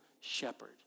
shepherd